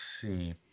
see